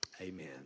amen